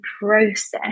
process